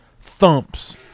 thumps